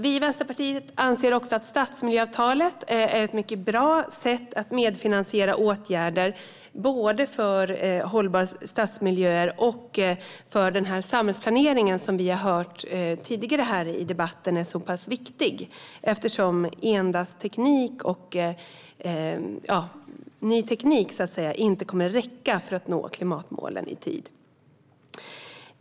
Vi i Vänsterpartiet anser också att stadsmiljöavtalet är ett mycket bra sätt att medfinansiera åtgärder, både för hållbara stadsmiljöer och för den samhällsplanering som vi tidigare här i debatten har hört är så viktig eftersom endast ny teknik inte kommer att räcka för att nå klimatmålen i tid.